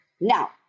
now